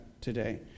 today